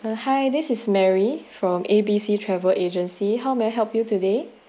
uh hi this is mary from A B C travel agency how may I help you today